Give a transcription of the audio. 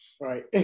right